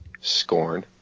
Scorn